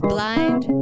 Blind